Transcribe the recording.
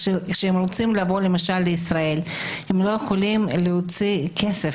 כשהם רוצים לבוא למשל לישראל הם לא יכולים להוציא כסף,